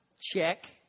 check